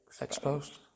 Exposed